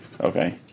Okay